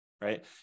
right